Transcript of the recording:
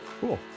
Cool